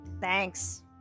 thanks